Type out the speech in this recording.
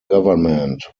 government